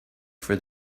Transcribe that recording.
for